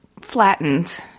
flattened